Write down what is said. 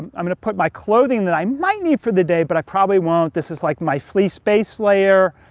i'm gonna put my clothing that i might need for the day, but i probably won't. this is like my fleece base layer.